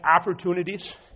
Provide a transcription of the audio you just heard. opportunities